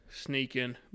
sneaking